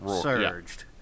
surged